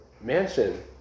mansion